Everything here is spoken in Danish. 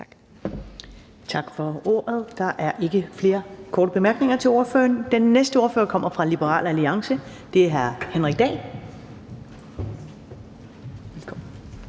Tak til ordføreren. Der er ikke nogen korte bemærkninger til ordføreren. Den næste ordfører kommer fra Liberal Alliance, og det er hr. Henrik Dahl. Kl.